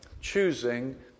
choosing